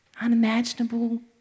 unimaginable